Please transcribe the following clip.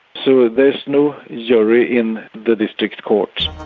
so there's no jury in the district courts.